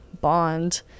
bond